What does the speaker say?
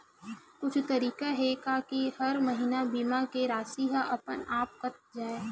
कुछु तरीका हे का कि हर महीना बीमा के राशि हा अपन आप कत जाय?